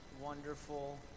wonderful